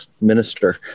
minister